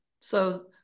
So-